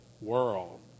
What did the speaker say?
world